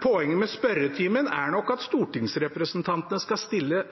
Poenget med spørretimen er at stortingsrepresentantene skal stille